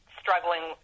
struggling